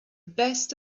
best